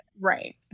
Right